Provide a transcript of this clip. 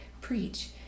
preach